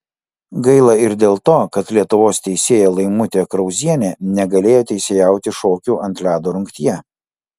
gaila ir dėl to kad lietuvos teisėja laimutė krauzienė negalėjo teisėjauti šokių ant ledo rungtyje